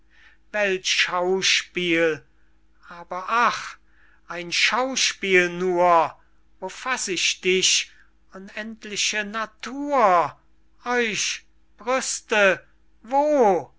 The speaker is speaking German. welch schauspiel aber ach ein schauspiel nur wo faß ich dich unendliche natur euch brüste wo